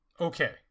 okay